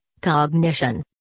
cognition